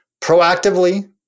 Proactively